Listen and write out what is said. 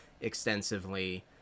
extensively